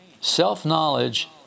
self-knowledge